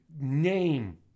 name